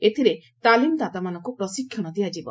ଏଥିରେ ତାଲିମଦାତାମାନଙ୍କୁ ପ୍ରଶିକ୍ଷଣ ଦିଆଯିବ